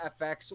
FX